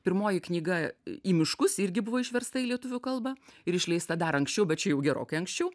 pirmoji knyga į miškus irgi buvo išversta į lietuvių kalbą ir išleista dar anksčiau bet čia jau gerokai anksčiau